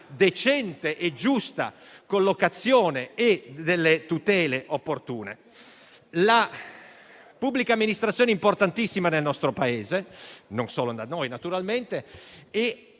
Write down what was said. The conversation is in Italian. decente e giusta collocazione e delle tutele opportune. La pubblica amministrazione è importantissima nel nostro Paese (e non solo da noi, naturalmente) e